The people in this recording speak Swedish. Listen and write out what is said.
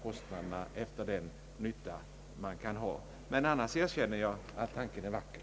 Vi har inte nog fina instrument för det. Annars erkänner jag att tanken är vacker.